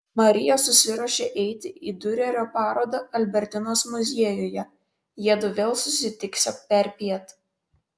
marija susiruošė eiti į diurerio parodą albertinos muziejuje jiedu vėl susitiksią perpiet